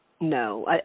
no